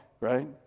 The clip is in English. right